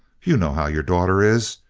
you know how your daughter is.